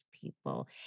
people